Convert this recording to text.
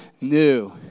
new